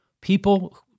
People